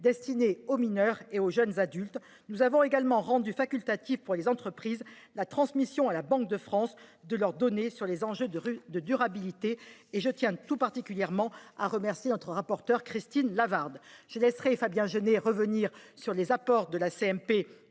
destiné aux mineurs et aux jeunes adultes. Nous avons également rendu facultative, pour les entreprises, la transmission à la Banque de France de leurs données sur les enjeux de durabilité. À cet égard, je tiens à remercier tout particulièrement notre rapporteur Christine Lavarde. Je laisserai Fabien Genet revenir, au nom de la